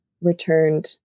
returned